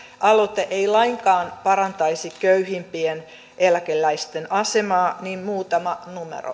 aloite ei lainkaan parantaisi köyhimpien eläkeläisten asemaa niin muutama